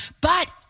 but-